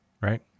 right